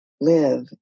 live